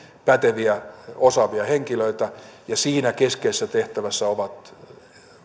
päteviä osaavia henkilöitä ja siinä keskeisessä tehtävässä ovat